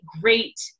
great